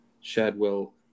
Shadwell